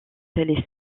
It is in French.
les